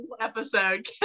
episode